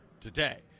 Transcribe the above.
today